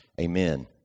Amen